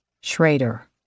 Schrader